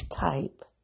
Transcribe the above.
type